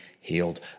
healed